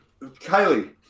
Kylie